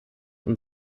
und